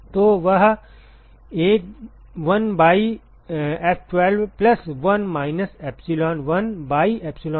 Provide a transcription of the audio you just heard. तो वह 1 by F12 plus 1 minus epsilon1 by epsilon1 होगा